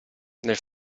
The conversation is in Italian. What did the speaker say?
nel